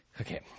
okay